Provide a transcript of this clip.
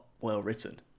well-written